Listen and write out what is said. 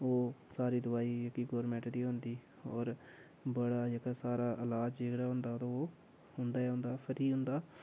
ओह् सारी दवाई जेह्की गौरमैंट दी होंदी और बड़ा जेह्का सारा ईलाज जेह्ड़ा होंदा ओह् उंदा गै होंदा फ्रीऽ होंदा